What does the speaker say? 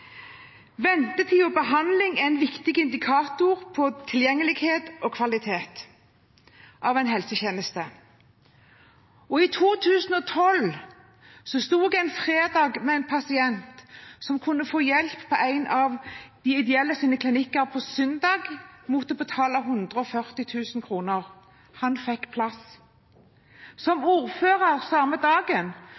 Ventetid og behandling er en viktig indikator for tilgjengelighet og kvalitet på en helsetjeneste. I 2012 sto jeg en fredag med en pasient som kunne få hjelp på en ideell klinikk på søndag mot å betale 140 000 kr. Han fikk plass. Som ordfører prøvde jeg samme dagen